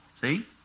see